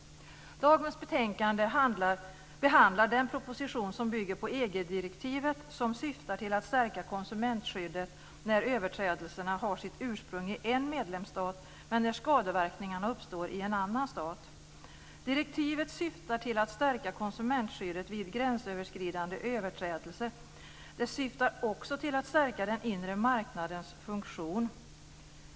Dagens betänkande behandlar den proposition som bygger på EG-direktivet som syftar till att stärka konsumentskyddet när överträdelserna har sitt ursprung i en medlemsstat men när skadeverkningarna uppstår i en annan stat. Direktivet syftar till att stärka konsumentskyddet vid gränsöverskridande överträdelser. Det syftar också till att stärka den inre marknadens funktion. Fru talman!